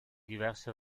diverse